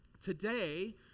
today